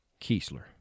Keesler